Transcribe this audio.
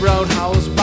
Roadhouse